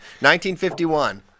1951